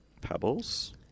pebbles